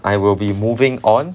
I will be moving on